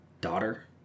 daughter